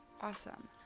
Awesome